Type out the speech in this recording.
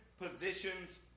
positions